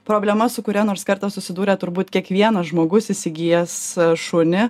problema su kuria nors kartą susidūrė turbūt kiekvienas žmogus įsigijęs šunį